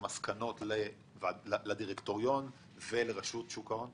מסקנות לדירקטוריון ולרשות שוק ההון?